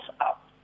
up